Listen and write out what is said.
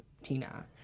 tina